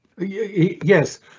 Yes